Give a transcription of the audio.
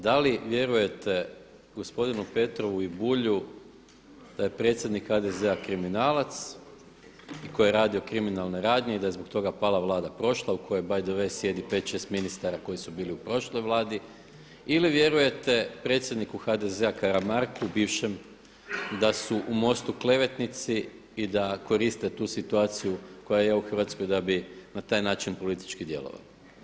Da li vjerujete gospodinu Petrovu i Bulju da je predsjednik HDZ-a kriminalac koji je radio kriminalne radnje i da je zbog toga vlada prošla u kojoj by the way sjedi 5,6 ministara koji su bili u prošloj vladi ili vjerujete predsjedniku HDZ-a Karamarku bivšem da su u MOST-u klevetnici i da koriste tu situaciju koja je u Hrvatskoj da bi na taj način politički djelovali.